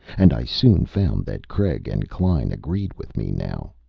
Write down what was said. and i soon found that craig and klein agreed with me now.